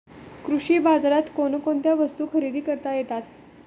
कृषी बाजारात कोणकोणत्या वस्तू खरेदी करता येतात